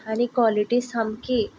आनी कोलीटी सामकी